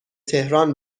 تهران